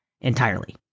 entirely